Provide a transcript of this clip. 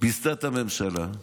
ביזתה את הממשלה.